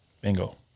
Bingo